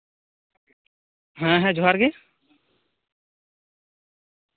ᱦᱮᱸ ᱦᱮᱸ ᱡᱚᱦᱟᱨ ᱜᱮ